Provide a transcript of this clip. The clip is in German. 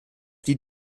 die